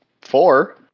four